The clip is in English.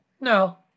No